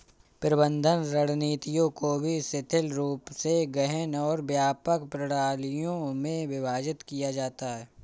प्रबंधन रणनीतियों को भी शिथिल रूप से गहन और व्यापक प्रणालियों में विभाजित किया जाता है